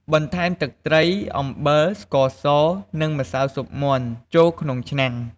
បន្ថែម ទឹកត្រី អំបិល ស្ករស និង ម្សៅស៊ុបមាន់ ចូលក្នុងឆ្នាំង។